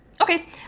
Okay